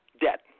debt